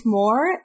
more